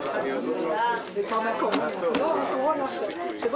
ניירות ערך לשנת 2020 אושרה.